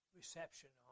reception